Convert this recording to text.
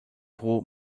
pro